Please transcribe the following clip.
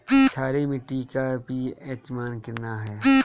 क्षारीय मीट्टी का पी.एच मान कितना ह?